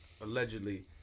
allegedly